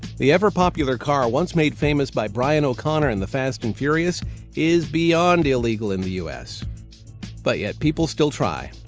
the ever-popular car once made famous by brian o'connor in the fast and furious is beyond illegal in the us but yet people still try.